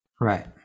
Right